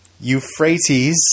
Euphrates